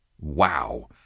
Wow